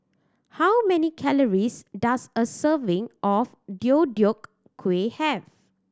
how many calories does a serving of Deodeok Gui have